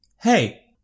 Hey